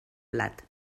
blat